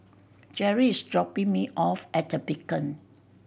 Jeri is dropping me off at The Beacon